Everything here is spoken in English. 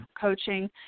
coaching